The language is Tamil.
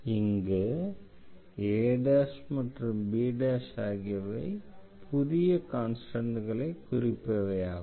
இங்கு a மற்றும் bஆகியவை புதிய கான்ஸ்டன்ட்களை குறிப்பவை ஆகும்